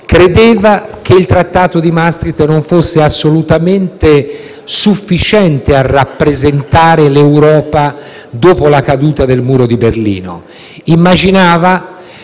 credeva che il Trattato di Maastricht non fosse assolutamente sufficiente a rappresentare l'Europa dopo la caduta del muro di Berlino. Immaginava